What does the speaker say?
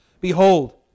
Behold